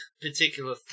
particular